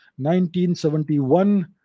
1971